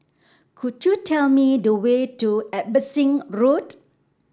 could you tell me the way to Abbotsingh Road